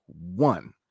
one